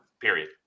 Period